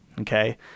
Okay